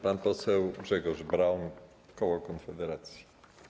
Pan poseł Grzegorz Braun, koło Konfederacji.